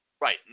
Right